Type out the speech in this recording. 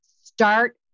start